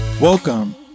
Welcome